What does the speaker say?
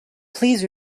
please